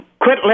Quit